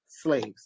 slaves